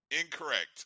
Incorrect